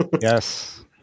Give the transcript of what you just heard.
Yes